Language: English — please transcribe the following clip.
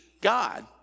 God